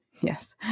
yes